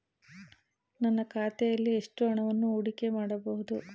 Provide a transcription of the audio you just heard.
ನನ್ನ ಖಾತೆಯಲ್ಲಿ ಎಷ್ಟು ಹಣವನ್ನು ಹೂಡಿಕೆ ಮಾಡಬಹುದು?